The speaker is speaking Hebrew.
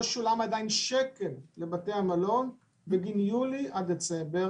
לא שולם עדיין שקל לבתי המלון בגין יולי דצמבר